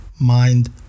mind